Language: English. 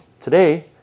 today